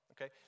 Okay